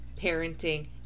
parenting